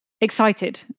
excited